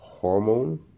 hormone